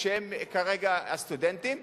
שהן כרגע הסטודנטים.